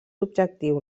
objectiu